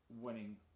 winning